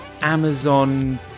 Amazon